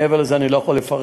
מעבר לזה אני לא יכול לפרט,